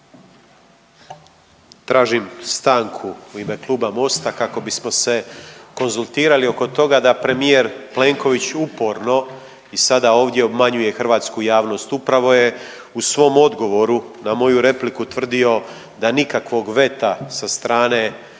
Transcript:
Tražim stanku u ime Kluba Mosta kako bismo se konzultirali oko toga da premijer Plenković uporno i sada ovdje obmanjuje hrvatsku javnost. Upravo je u svom odgovoru na moju repliku tvrdio da nikakvog veta sa strane